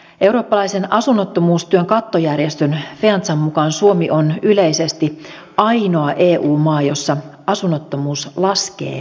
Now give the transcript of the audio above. eurooppalaisen asunnottomuustyön kattojärjestön feantsan mukaan suomi on yleisesti ainoa eu maa jossa asunnottomuus laskee edelleen